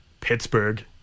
pittsburgh